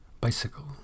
bicycle